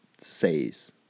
says